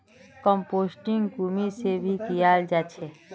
composting कृमि से भी कियाल जा छे